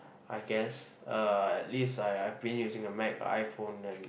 I guess uh at least I I've been using a Mac iPhone then